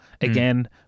again